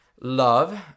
love